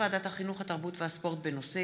חינוך חינם לפעוטות ולילדים),